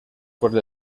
por